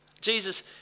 Jesus